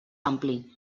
ampli